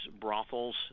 brothels